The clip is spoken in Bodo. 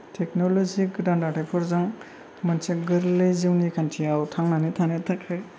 टेकन'लजि गोदान दाथायफोरजों मोनसे गोरलै जिउनि खान्थियाव थांनानै थानो थाखाय